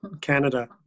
Canada